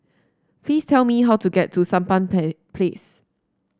please tell me how to get to Sampan Pla Place